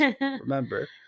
Remember